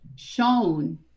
shown